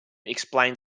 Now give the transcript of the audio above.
explains